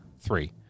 three